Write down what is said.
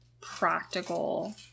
practical